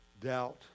doubt